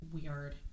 Weird